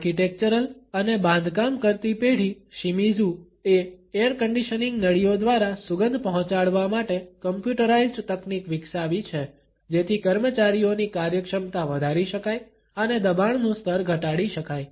architectural અને બાંધકામ કરતી પેઢી શિમિઝુ એ એરકન્ડિશનિંગ નળીઓ દ્વારા સુગંધ પહોંચાડવા માટે કમ્પ્યુટરાઇઝ્ડ તકનીક વિકસાવી છે જેથી કર્મચારીઓની કાર્યક્ષમતા વધારી શકાય અને દબાણનું સ્તર ઘટાડી શકાય